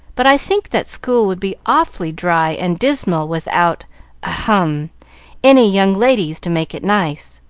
but i think that school would be awfully dry and dismal without ahem any young ladies to make it nice.